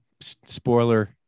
Spoiler